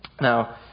Now